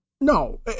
No